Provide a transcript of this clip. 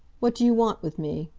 what do you want with me?